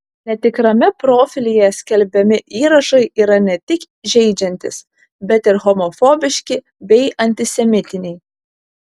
netikrame profilyje skelbiami įrašai yra ne tik žeidžiantys bet ir homofobiški bei antisemitiniai